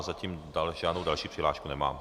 Zatím žádnou další přihlášku nemám.